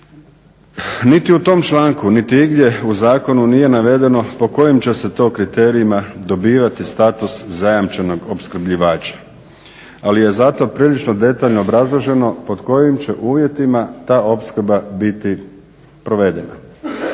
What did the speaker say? Niti u tom članku, niti igdje u zakonu nije navedeno po kojim će se to kriterijima dobivati status zajamčenog opskrbljivača, ali je zato prilično detaljno obrazloženo pod kojim će uvjetima ta opskrba biti provedena.